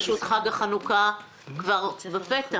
פשוט חג החנוכה כבר בפתח,